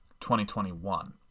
2021